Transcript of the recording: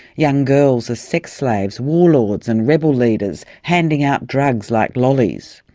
young girls as sex slaves, war lords and rebel leaders handing out drugs like lollies,